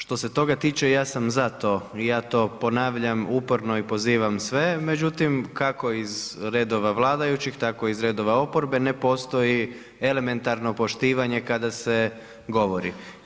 Što se toga tiče, ja sam za to i ja to ponavljam i uporno i pozivam sve, međutim kako iz redova vladajućih, tako iz redova oporbe ne postoji elementarno poštivanje kada se govori.